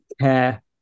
care